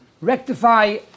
rectify